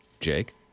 Jake